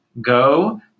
go